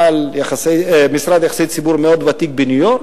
בעל משרד יחסי ציבור ותיק מאוד בניו-יורק.